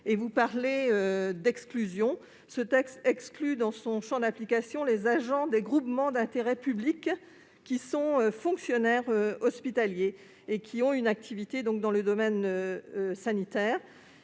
Vous parlez d'exclusion ; or ce texte exclut de son champ d'application les agents des groupements d'intérêt public (GIP) qui sont fonctionnaires hospitaliers et qui ont une activité dans le domaine sanitaire.